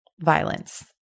violence